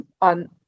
on